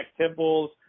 temples